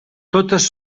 totes